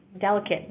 delicate